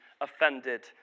offended